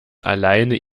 alleine